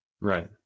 right